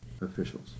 officials